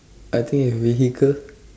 I think is vehicle